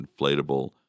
inflatable